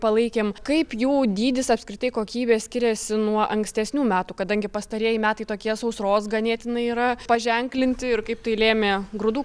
palaikėm kaip jų dydis apskritai kokybė skiriasi nuo ankstesnių metų kadangi pastarieji metai tokie sausros ganėtinai yra paženklinti ir kaip tai lėmė grūdų